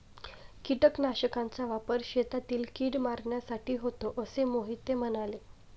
कीटकनाशकांचा वापर शेतातील कीड मारण्यासाठी होतो असे मोहिते म्हणाले